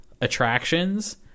attractions